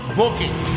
booking